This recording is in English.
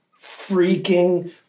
freaking